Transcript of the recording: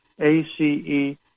A-C-E